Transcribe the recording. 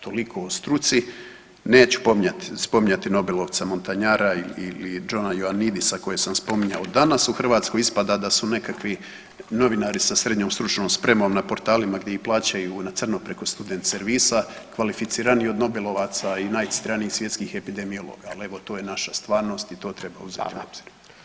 Toliko o struci, neću spominjati nobelovca Montanjara i Johna Ioannidisa koje san spominjao danas, u Hrvatskoj ispada da su nekakvi novinari sa srednjom stručnom spremom na portalima gdje ih plaćaju na crno preko student servisa kvalificiraniji od nobelovaca i najcitiranijih svjetskih epidemiologa, ali evo to je naša stvarnost i to treba uzeti u obzir.